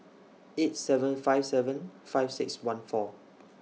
eight seven five seven five six one four